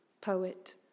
Poet